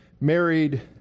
married